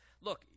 Look